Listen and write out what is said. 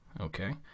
Okay